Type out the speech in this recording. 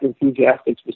enthusiastic